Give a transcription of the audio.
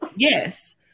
Yes